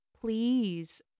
please